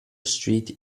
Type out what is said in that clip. street